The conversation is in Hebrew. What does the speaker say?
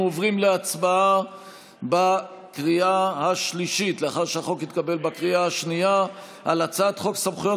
אנחנו עוברים להצבעה בקריאה השלישית על הצעת חוק סמכויות